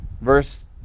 verse